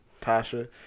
Tasha